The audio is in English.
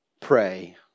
Pray